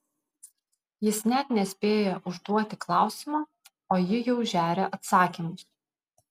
jis net nespėja užduoti klausimo o ji jau žeria atsakymus